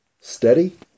steady